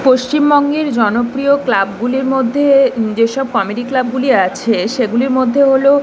পশ্চিমবঙ্গের জনপ্রিয় ক্লাবগুলির মধ্যে যেসব কমেডি ক্লাবগুলি আছে সেগুলির মধ্যে হল